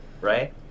right